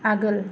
आगोल